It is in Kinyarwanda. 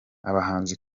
abahanzi